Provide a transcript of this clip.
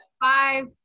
five